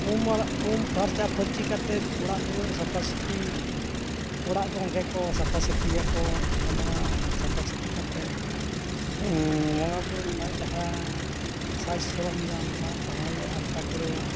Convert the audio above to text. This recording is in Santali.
ᱩᱢ ᱢᱟᱲᱟᱝ ᱩᱢ ᱯᱷᱟᱨᱪᱟ ᱯᱷᱟᱹᱨᱪᱤ ᱠᱟᱛᱮᱫ ᱚᱲᱟᱜ ᱫᱩᱣᱟᱹᱨ ᱥᱟᱯᱷᱟᱼᱥᱟᱹᱯᱷᱤ ᱚᱲᱟᱜ ᱜᱚᱝᱠᱮ ᱠᱚ ᱥᱟᱯᱷᱟᱼᱥᱟᱹᱯᱷᱤᱭᱟᱠᱚ ᱱᱚᱜᱼᱚ ᱱᱚᱣᱟ ᱥᱟᱯᱷᱟᱼᱥᱟᱹᱯᱷᱤ ᱠᱟᱛᱮᱜ ᱵᱚᱸᱜᱟ ᱵᱩᱨᱩ ᱨᱮᱱᱟᱜ ᱡᱟᱦᱟᱸ ᱥᱟᱡ ᱥᱚᱨᱚᱢᱡᱟᱢ ᱱᱚᱣᱟ ᱠᱚᱦᱚᱸᱞᱮ ᱟᱱᱴᱟᱣ ᱠᱩᱲᱟᱣᱟ